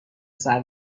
پسر